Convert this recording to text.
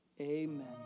Amen